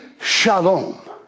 shalom